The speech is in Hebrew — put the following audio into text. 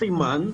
זה סימן,